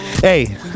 Hey